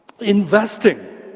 investing